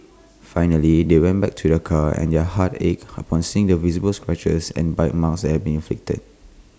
finally they went back to their car and their hearts ached upon seeing the visible scratches and bite marks had been inflicted